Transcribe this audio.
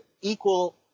equal